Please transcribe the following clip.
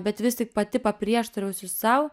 bet vis tik pati paprieštarausiu sau